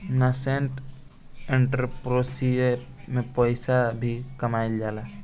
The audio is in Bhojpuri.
नासेंट एंटरप्रेन्योरशिप में पइसा भी कामयिल जाला